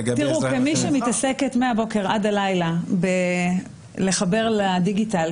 לגבי ה --- כמי שמתעסקת מהבוקר עד הלילה בלחבר לדיגיטל,